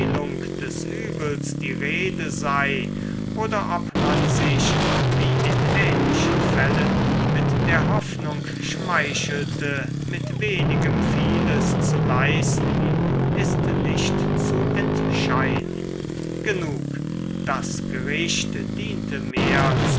des übels die rede sei oder ob man sich wie in ähnlichen fällen mit der hoffnung schmeichelte mit wenigem vieles zu leisten ist nicht zu entscheiden genug das gericht diente mehr